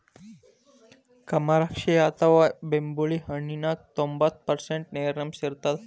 ಕಮರಾಕ್ಷಿ ಅಥವಾ ಬೆಂಬುಳಿ ಹಣ್ಣಿನ್ಯಾಗ ತೋಭಂತ್ತು ಪರ್ಷಂಟ್ ನೇರಿನಾಂಶ ಇರತ್ತದ